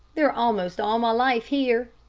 they're almost all my life here.